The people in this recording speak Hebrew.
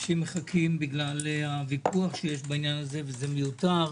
אנשים מחכים בגלל הוויכוח שיש בעניין הזה וזה מיותר.